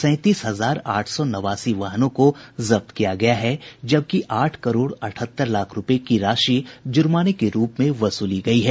सैंतीस हजार आठ सौ नवासी वाहनों को जब्त किया गया है जबकि आठ करोड़ अठहत्तर लाख रूपये की राशि जुर्माने के रूप में वसूली गयी है